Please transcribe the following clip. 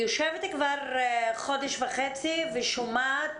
כבר חודש וחצי ושומעת